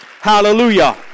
Hallelujah